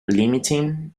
limiting